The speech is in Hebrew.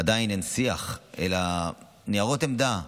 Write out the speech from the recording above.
עדיין אין שיח, אלא ניירות עמדה,